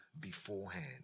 beforehand